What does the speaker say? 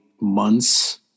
months